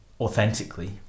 authentically